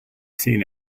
seen